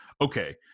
okay